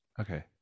Okay